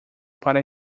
para